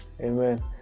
amen